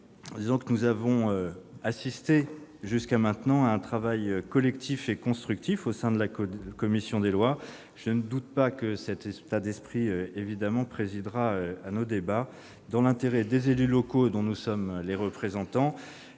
dirai que nous avons assisté jusqu'à maintenant à un travail collectif et constructif au sein de la commission des lois ; je ne doute pas que cet état d'esprit présidera à nos débats, dans l'intérêt des élus locaux dont nous sommes les représentants